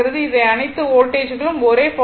இந்த அனைத்து வோல்டேஜ்களும் ஒரே 44